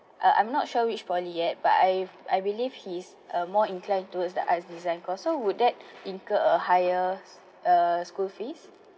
uh I'm not sure which poly yet but I I I believe he's uh more inclined towards arts and design course so would that incurred a higher uh school fees